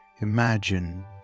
imagine